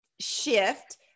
shift